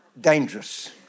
Dangerous